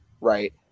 right